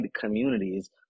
communities